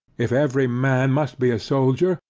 if every man must be a soldier,